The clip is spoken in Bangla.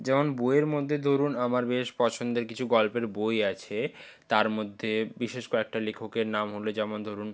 যেমন বইয়ের মধ্যে ধরুন আমার বেশ পছন্দের কিছু গল্পের বই আছে তার মধ্যে বিশেষ কয়েকটা লেখকের নাম হলো যেমন ধরুন